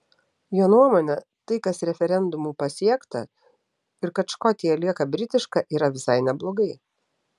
jo nuomone tai kas referendumu pasiekta ir kad škotija lieka britiška yra visai neblogai